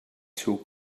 seu